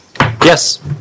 Yes